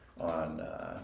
on